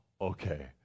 okay